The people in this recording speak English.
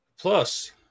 plus